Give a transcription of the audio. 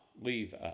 leave